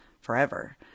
forever